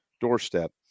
doorstep